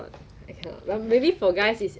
uh actually I don't know the detailed [one] lah I think